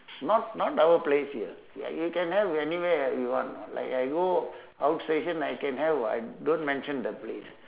not not our place here ya you can have anywhere you want like I go outstation I can have [what] I don't mention the place